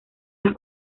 las